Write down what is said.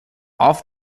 off